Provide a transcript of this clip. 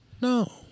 No